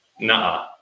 Nah